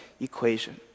equation